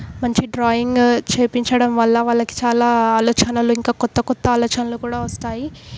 మంచి డ్రాయింగ్ చేపించడం వల్ల వాళ్ళకి చాలా ఆలోచనలు ఇంకా క్రొత్త క్రొత్త ఆలోచనలు కూడా వస్తాయి